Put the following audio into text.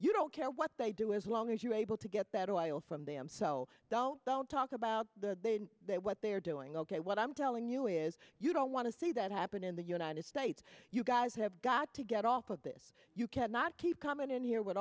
you don't care what they do as long as you're able to get better oil from them so don't talk about that what they're doing ok what i'm telling you is you don't want to see that happen in the united states you guys have got to get off of this you cannot keep coming in here with